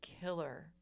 killer